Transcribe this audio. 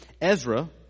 Ezra